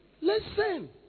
Listen